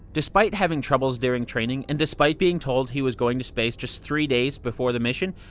despite having troubles during training, and despite being told he was going to space just three days before the mission,